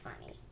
funny